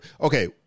okay